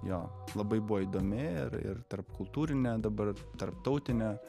jo labai buvo įdomi ir ir tarpkultūrinė dabar tarptautinė